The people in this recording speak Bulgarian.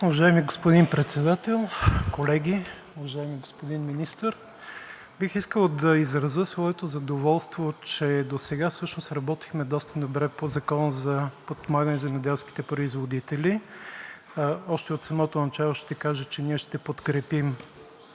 Уважаеми господин Председател, колеги, уважаеми господин Министър! Бих искал да изразя своето задоволство, че досега всъщност работихме доста добре по Закона за подпомагане на земеделските производители. Още от самото начало ще кажа, че ние ще подкрепим